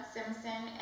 Simpson